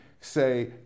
say